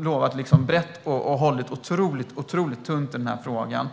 lovat brett och hållit otroligt tunt i denna fråga.